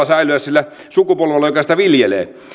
säilyä sillä sukupolvella joka sitä viljelee